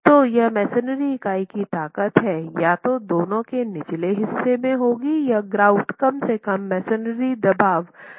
तो यह मेसनरी इकाई की ताकत है या तो दोनों के निचले हिस्से में होगी या ग्राउट कम से कम मेसनरी दबाव की शक्ति के बराबर है